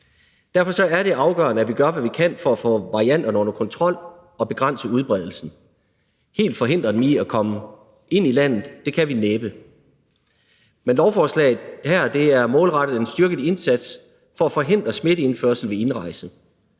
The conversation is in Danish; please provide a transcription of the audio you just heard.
Derfor er det afgørende, at vi gør, hvad vi kan, for at få varianterne under kontrol og begrænse udbredelsen. Helt forhindre dem i at komme ind i landet kan vi næppe, men lovforslaget her er målrettet en styrket indsats for at forhindre smitteindførsel ved indrejse.